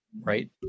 right